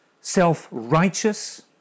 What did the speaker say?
self-righteous